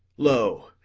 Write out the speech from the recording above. lo,